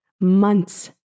months